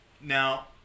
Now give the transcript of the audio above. Now